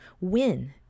win